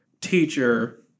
teacher